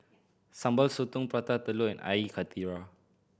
Sambal Sotong Prata Telur and Air Karthira